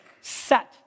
set